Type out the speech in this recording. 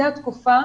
זאת התקופה